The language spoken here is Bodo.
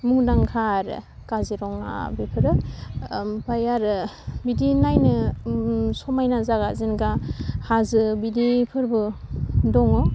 मुंदांखा आरो काजिरङा बेफोरो ओमफाय आरो बिदि नायनो समायना जागा जेनबा हाजो बिदिफोरबो दङ